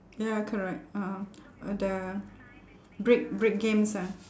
ya correct uh the brick brick games ah